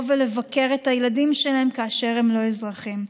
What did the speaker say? ולבקר את הילדים שלהם כאשר הם לא אזרחים.